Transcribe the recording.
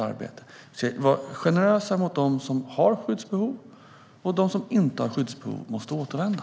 Vi ska vara generösa mot dem som har skyddsbehov, men de som inte har skyddsbehov måste återvända.